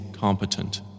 competent